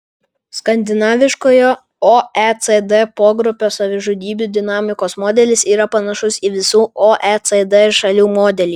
skandinaviškojo oecd pogrupio savižudybių dinamikos modelis yra panašus į visų oecd šalių modelį